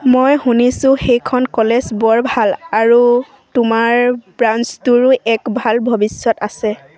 মই শুনিছোঁ সেইখন কলেজ বৰ ভাল আৰু তোমাৰ ব্ৰাঞ্চটোৰো এক ভাল ভৱিষ্যত আছে